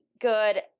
good